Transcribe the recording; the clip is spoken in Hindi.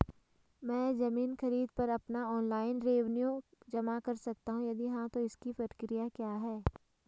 मैं ज़मीन खरीद पर अपना ऑनलाइन रेवन्यू जमा कर सकता हूँ यदि हाँ तो इसकी प्रक्रिया क्या है?